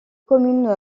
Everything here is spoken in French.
commune